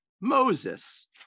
moses